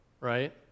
right